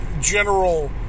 general